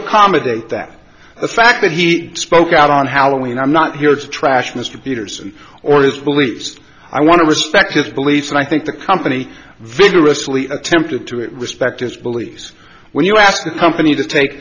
accommodate that the fact that he spoke out on halloween i'm not here to trash mr peterson or his beliefs i want to respect his beliefs and i think the company vigorously attempted to it respect his beliefs when you asked the company to take